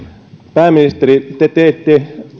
pääministeri te teitte